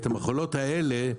את המכולות האלה,